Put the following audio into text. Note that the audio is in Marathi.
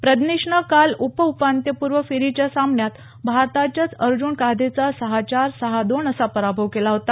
प्रज्ञेशनं काल उप उपान्त्यपूर्व फेरीच्या सामन्यात भारताच्याच अर्ज्ञन काधेचा सहा चार सहा दोन असा पराभव केला होता